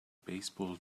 baseball